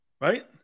Right